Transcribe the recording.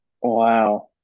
Wow